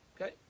Okay